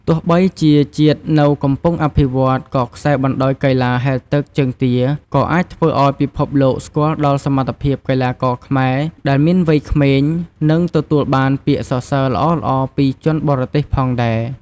ទោះបីជាជាតិនៅកំពុងអភិវឌ្ឍ ក៏ខ្សែបណ្ដាញកីឡាហែលទឹកជើងទាក៏អាចធ្វើឱ្យពិភពលោកស្គាល់ដល់សមត្ថភាពកីឡាករខ្មែរដែលមានវ័យក្មេង និងទទួលបានពាក្យសរសេីរល្អៗពីជនបរទេសផងដែរ។